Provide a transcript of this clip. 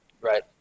Right